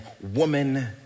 woman